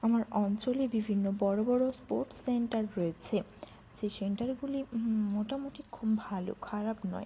আমার অঞ্চলে বিভিন্ন বড় বড় স্পোর্টস সেন্টার রয়েছে যে সেন্টারগুলি মোটামুটি খুব ভালো খারাপ নয়